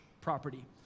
property